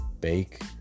bake